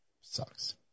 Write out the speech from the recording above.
sucks